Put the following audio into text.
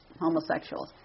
homosexuals